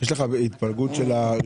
יש לך התפלגות של הריביות?